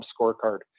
scorecard